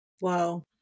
Wow